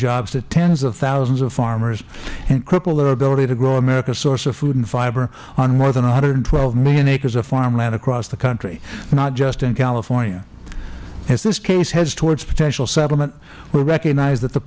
jobs to tens of thousands of farmers and cripple their ability to grow americas source of food and fiber on more than one hundred and twelve million acres of farmland across the country not just in california as this case heads toward a potential settlement we recognize that the